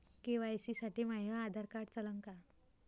KYC साठी माह्य Aadhaar card चालन का?